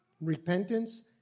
repentance